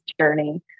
journey